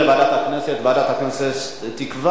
ועדת הכנסת תקבע את הרכב הוועדה.